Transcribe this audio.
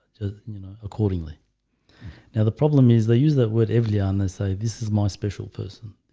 just you know accordingly now the problem is they use that word every and they say this is my special person.